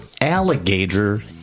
alligator